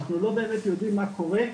אנחנו לא באמת יודעים מה קורה,